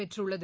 பெற்றுள்ளது